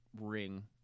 Ring